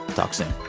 talk soon